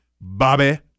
Bobby